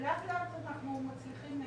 לאט לאט אנחנו מצליחים,